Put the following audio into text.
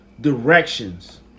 directions